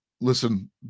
Listen